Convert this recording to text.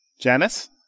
Janice